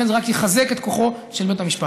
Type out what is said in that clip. לכן זה רק יחזק את כוחו של בית המשפט.